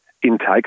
Intake